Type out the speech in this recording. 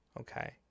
Okay